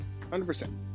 100%